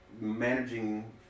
managing